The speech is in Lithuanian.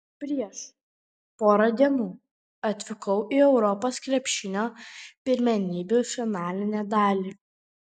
prieš porą dienų atvykau į europos krepšinio pirmenybių finalinę dalį